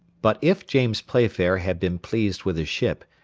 but if james playfair had been pleased with his ship,